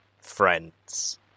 friends